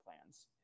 plans